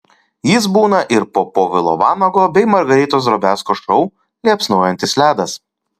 jis būna ir po povilo vanago bei margaritos drobiazko šou liepsnojantis ledas